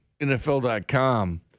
NFL.com